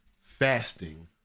fasting